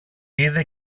είδε